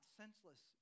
senseless